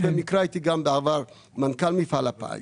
אני במקרה הייתי גם בעבר מנכ"ל מפעל הפיס.